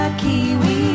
kiwi